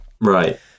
Right